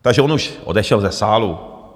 Takže on už odešel ze sálu.